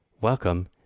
Welcome